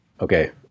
okay